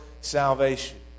salvation